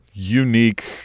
unique